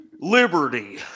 Liberty